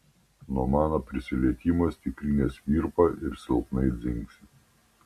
nuo mano prisilietimo stiklinės virpa ir silpnai dzingsi